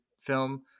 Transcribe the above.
film